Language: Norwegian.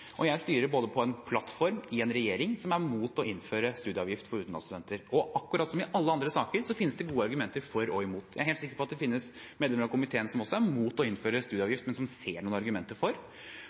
Jeg styrer etter en plattform i en regjering som er imot å innføre studieavgift for utenlandsstudenter, og akkurat som i alle andre saker finnes det gode argumenter for og imot. Jeg er helt sikker på at det finnes medlemmer av komiteen som også er imot å innføre studieavgift, men som ser noen argumenter for.